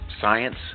science